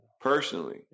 personally